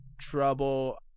trouble